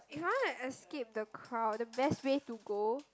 if I want to escape the crowd the best way to go